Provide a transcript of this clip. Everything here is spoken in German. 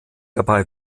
dabei